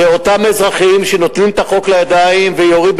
אלה אותם אזרחים שנוטלים את החוק לידיים ויורים,